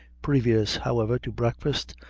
previous, however, to breakfast,